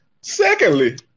Secondly